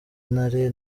intare